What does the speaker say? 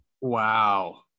wow